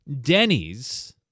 Denny's